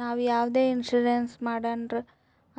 ನಾವು ಯಾವುದೆ ಇನ್ಸೂರೆನ್ಸ್ ಮಾಡುರ್ನು